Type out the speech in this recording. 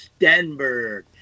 Stenberg